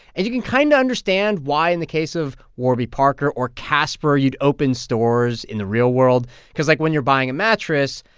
and you can kind of understand why, in the case of warby parker or casper, you'd open stores in the real world cause, like, when you're buying a mattress,